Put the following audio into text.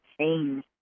change